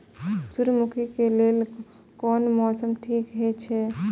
सूर्यमुखी के लेल कोन मौसम ठीक हे छे?